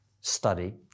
study